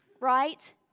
Right